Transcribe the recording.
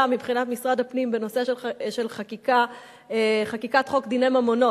מבחינת משרד הפנים בנושא של חקיקת חוק דיני ממונות,